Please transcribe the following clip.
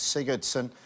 Sigurdsson